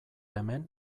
hemen